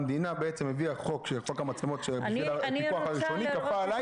המדינה בעצם הביאה חוק שהוא חוק המצלמות שהפיקוח הראשוני כפה עליי,